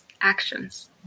actions